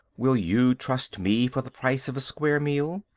will you trust me for the price of a square meal?